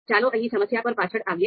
ચાલો અહીં સમસ્યા પર પાછા આવીએ